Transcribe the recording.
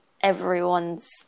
everyone's